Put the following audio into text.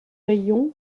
rayons